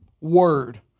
word